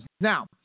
Now